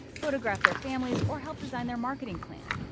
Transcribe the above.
photographed their families or helped design their marketing plan.